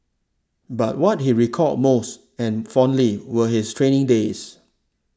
but what he recalled most and fondly were his training days